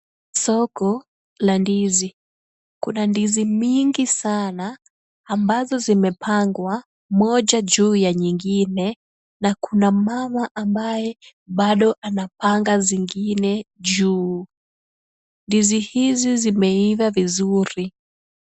Soko la ndizi. Kuna ndizi mingi sana ambazo zimepangwa moja juu ya nyingine na kuna mama ambaye bado anapanga zingine juu. Ndizi hizi zimeiva vizuri.